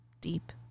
Deep